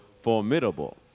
formidable